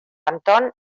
anton